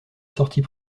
sortie